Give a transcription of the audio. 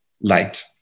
light